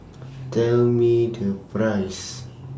Tell Me The Price